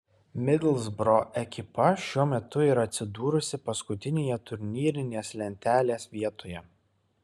midlsbro ekipa šiuo metu yra atsidūrusi paskutinėje turnyrinės lentelės vietoje